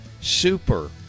Super